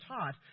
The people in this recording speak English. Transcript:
taught